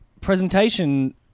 presentation